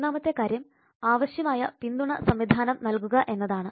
മൂന്നാമത്തെ കാര്യം ആവശ്യമായ പിന്തുണ സംവിധാനം നൽകുക എന്നതാണ്